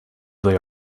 they